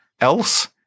else